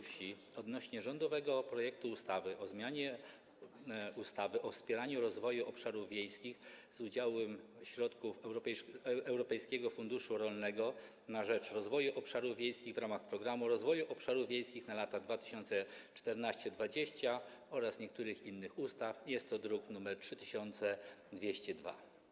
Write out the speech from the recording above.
Wsi odnośnie rządowego projektu ustawy o zmianie ustawy o wspieraniu rozwoju obszarów wiejskich z udziałem środków Europejskiego Funduszu Rolnego na rzecz Rozwoju Obszarów Wiejskich w ramach Programu Rozwoju Obszarów Wiejskich na lata 2014–2020 oraz niektórych innych ustaw, jest to druk nr 3202.